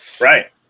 right